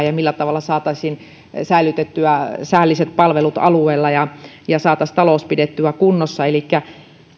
ja ja millä tavalla saataisiin säilytettyä säälliset palvelut alueella ja ja saataisiin talous pidettyä kunnossa elikkä